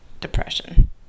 depression